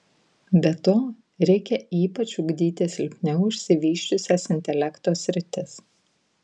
be to reikia ypač ugdyti silpniau išsivysčiusias intelekto sritis